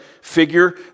figure